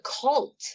cult